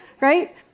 right